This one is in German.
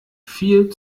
viel